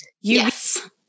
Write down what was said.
Yes